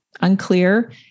unclear